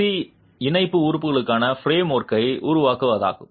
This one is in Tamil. சி இணைப்பு உறுப்புக்கான ஃபார்ம்வொர்க்கை உருவாக்குகிறது